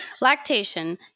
Lactation